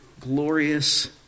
glorious